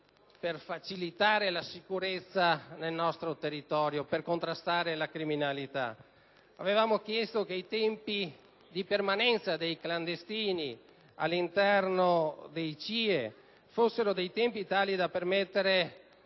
per facilitare la sicurezza nel nostro territorio e contrastare la criminalità. Avevamo chiesto che i tempi di permanenza dei clandestini all'interno dei centri di identificazione ed